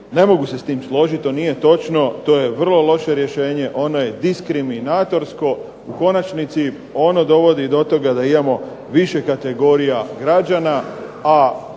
ne mogu se s tim složiti, to nije točno. To je vrlo loše rješenje, ono je diskriminatorsko. U konačnici ono dovodi do toga da imamo više kategorija građana, a